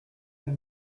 cela